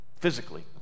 Physically